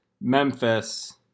Memphis